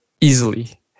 easily